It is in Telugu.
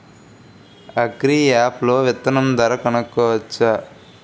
అగ్రియాప్ లో విత్తనం ధర కనుకోవచ్చా?